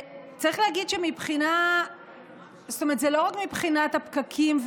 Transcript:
צריך להגיד שזה לא רק מבחינת הפקקים,